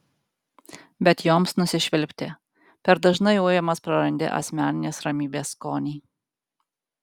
bet joms nusišvilpti per dažnai ujamas prarandi asmeninės ramybės skonį